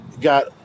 got